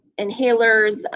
inhalers